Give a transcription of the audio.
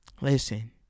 Listen